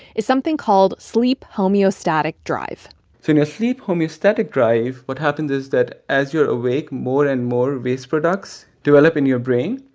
is something called sleep homeostatic drive so in your sleep homeostatic drive, what happens is that as you're awake, more and more waste products develop in your brain.